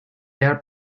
air